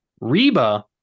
Reba